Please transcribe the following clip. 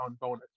bonus